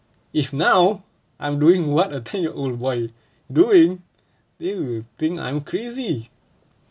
if now I'm doing what a ten-year-old boy doing they will think I'm crazy